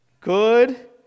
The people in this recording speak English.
good